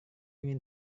ingin